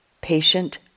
patient